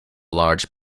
large